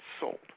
sold